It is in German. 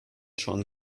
schon